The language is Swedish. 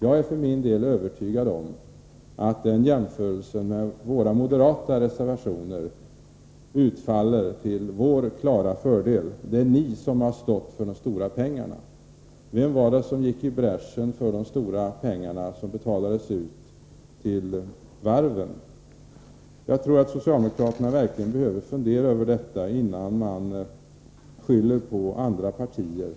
Jag är för min del övertygad om att en jämförelse med effekterna av de moderata reservationerna klart utfaller till vår fördel. Det är ni som har stått för de stora pengarna! Vem var det som gick i bräschen för de stora pengar som betalades ut till varven? Jag tror att ni socialdemokrater verkligen behöver fundera över detta innan ni skyller på andra partier.